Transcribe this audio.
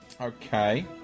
Okay